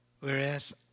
whereas